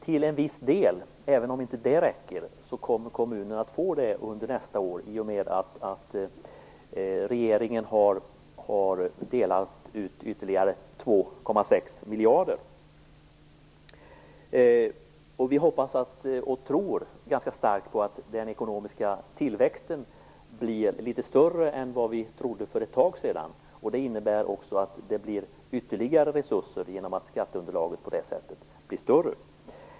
Till en viss del, även om det inte räcker, kommer kommunerna att få en bättre ekonomi under nästa år, i och med att regeringen har delat ut ytterligare 2,6 miljarder. Vi hoppas och tror ganska starkt på att den ekonomiska tillväxten blir litet större än vad vi trodde för ett tag sedan. Det innebär ytterligare resurser, genom att skatteunderlaget på det sättet blir större.